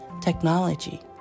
technology